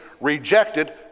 rejected